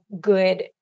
good